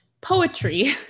poetry